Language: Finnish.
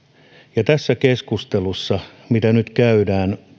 ja tässä keskustelussa mitä nyt käydään